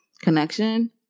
connection